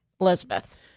Elizabeth